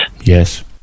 Yes